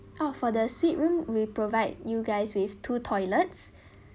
oh for the suite room we provide you guys with two toilets